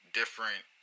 different